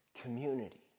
community